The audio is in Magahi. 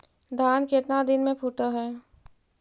धान केतना दिन में फुट है?